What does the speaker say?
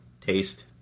taste